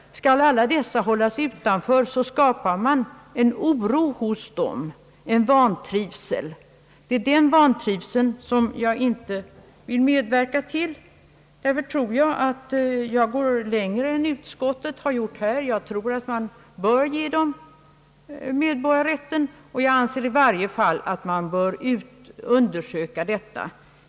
Skulle dessa hållas utanför, skapar man oro och vantrivsel hos dem, och sådan vantrivsel vill jag inte medverka till. Därför går jag längre än vad utskottet har gjort. Jag tror att man bör ge dem kommunal rösträtt. I varje fall bör man undersöka möjligheterna härtill.